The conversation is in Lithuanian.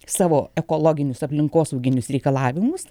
savo ekologinius aplinkosauginius reikalavimus